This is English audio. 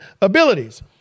abilities